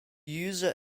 user